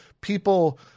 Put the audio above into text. people